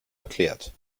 erklärt